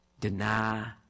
deny